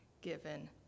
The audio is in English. given